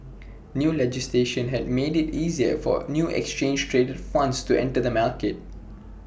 new legislation has made IT easier for new exchange traded funds to enter the market